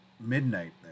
midnight